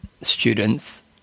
students